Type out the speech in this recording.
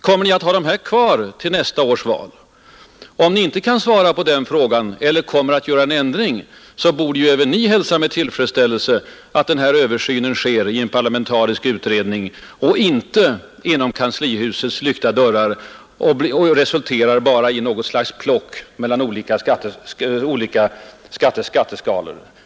Kommer ni att ha de nuvarande kvar till nästa års val? Om ni inte kan svara på den frågan, eller om ni kommer att företa en ändring, så borde ju även ni hälsa med tillfredsställelse att översynen sker i en parlamentarisk utredning och inte inom kanslihusets lyckta dörrar och bara resulterar i något slags plock med olika skatteskalor.